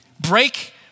break